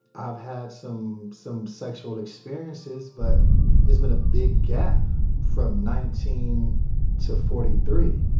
i've had some some sexual experiences, but it's been a big gap from nineteen to forty three.